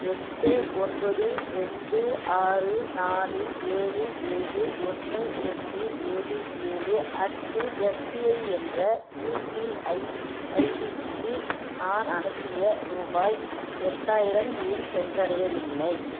எட்டு ஒன்பது ரெண்டு ஆறு நாலு ஏழு ஏழு ஒன்று ரெண்டு ஏழு ஏழு அட்டு எஸ்பிஐ என்ற யுபிஐ ஐடிக்கு நான் அனுப்பிய ரூபாய் எட்டாயிரம் ஏன் சென்றடையவில்லை